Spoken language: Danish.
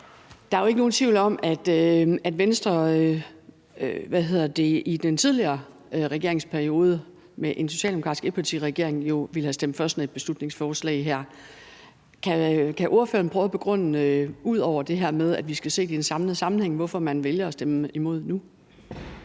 Der er jo ikke nogen tvivl om, at Venstre i den tidligere regeringsperiode med en socialdemokratisk etpartiregering ville have stemt for sådan et beslutningsforslag her. Kan ordføreren prøve at begrunde, hvorfor man vælger at stemme imod nu